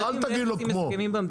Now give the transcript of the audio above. אל תגיד לו כמו,